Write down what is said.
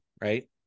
right